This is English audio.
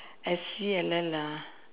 S E L L ah